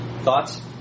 Thoughts